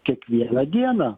kiekvieną dieną